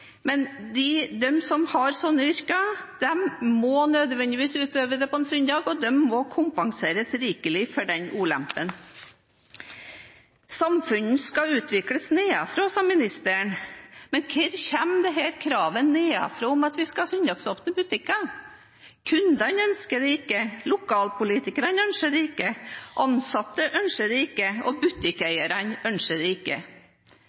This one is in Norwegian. De som har slike yrker, må nødvendigvis utøve det på en søndag, og de må kompenseres rikelig for den ulempen. Samfunnet skal utvikles nedenfra, sa ministeren, men hvor «nedenfra» kommer dette kravet om at vi skal ha søndagsåpne butikker? Kundene ønsker det ikke, lokalpolitikerne ønsker det ikke, ansatte ønsker det ikke, og butikkeierne ønsker det ikke.